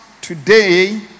today